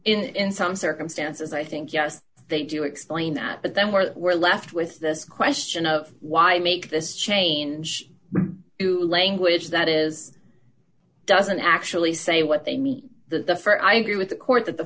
no in some circumstances i think yes they do explain that but then we're at we're left with this question of why make this change the language that is doesn't actually say what they mean the for i agree with the court that the